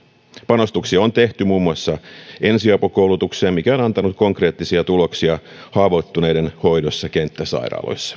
panostuksia on tehty muun muassa ensiapukoulutukseen mikä on antanut konkreettisia tuloksia haavoittuneiden hoidossa kenttäsairaaloissa